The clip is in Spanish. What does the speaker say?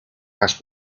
más